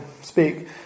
speak